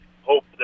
hope